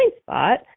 spot